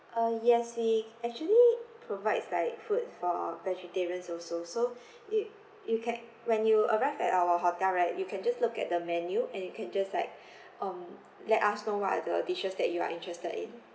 uh yes we actually provides like food for vegetarians also so you you can when you arrive at our hotel right you can just look at the menu and you can just like um let us know what are the dishes that you are interested in